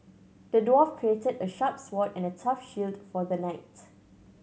the dwarf create a sharp sword and a tough shield for the knight